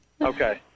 Okay